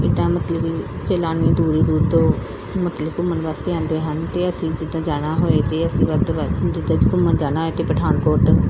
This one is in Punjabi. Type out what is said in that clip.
ਜਿੱਦਾਂ ਮਤਲਬ ਕਿ ਸੈਲਾਨੀ ਦੂਰ ਦੂਰ ਤੋਂ ਮਤਲਬ ਘੁੰਮਣ ਵਾਸਤੇ ਆਉਂਦੇ ਹਨ ਅਤੇ ਅਸੀਂ ਜਿੱਦਾਂ ਜਾਣਾ ਹੋਏ ਅਤੇ ਅਸੀਂ ਵੱਧ ਤੋਂ ਵੱਧ ਜਿੱਦਾਂ ਕਿ ਘੁੰਮਣ ਜਾਣਾ ਹੋਏ ਅਤੇ ਪਠਾਨਕੋਟ